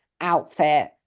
outfit